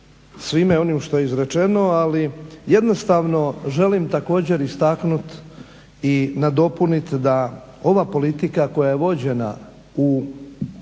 svime onim što je izrečeno, ali jednostavno želim također istaknut i nadopunit da ova politika koja je vođena u